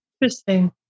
Interesting